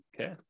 Okay